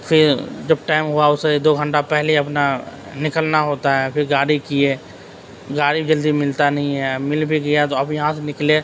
پھر جب ٹائم ہوا اس سے ایک دو گھنٹہ پہلے اپنا نکلنا ہوتا ہے پھر گاڑی کیے گاڑی جلدی ملتا نہیں ہے مل بھی گیا تو اب یہاں سے نکلے